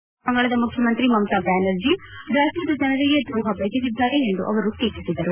ಪಶ್ಚಿಮ ಬಂಗಾಳದ ಮುಖ್ಚಮಂತ್ರಿ ಮಮತಾ ಬ್ಲಾನರ್ಜಿ ರಾಜ್ಲದ ಜನರಿಗೆ ದ್ರೋಪಬಗೆದಿದ್ದಾರೆ ಎಂದು ಅವರು ಟೀಕಿಸಿದರು